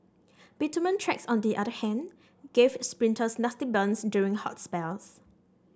bitumen tracks on the other hand gave sprinters nasty burns during hot spells